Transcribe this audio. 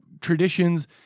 traditions